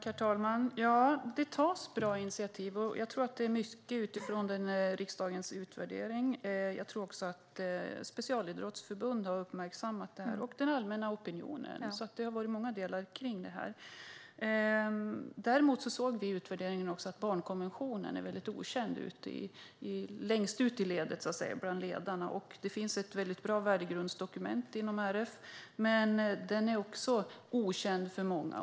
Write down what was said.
Herr talman! Det tas bra initiativ, och det sker med utgångspunkt i den utvärdering som riksdagen har gjort. Jag tror också att specialidrottsförbund har uppmärksammat utvärderingen och även den allmänna opinionen. Det har varit många delar. Däremot framkom i utvärderingen att barnkonventionen är okänd längst ut i ledet bland ledarna. Det finns ett mycket bra värdegrundsdokument inom RF, men det är också okänt för många.